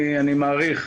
אני מעריך,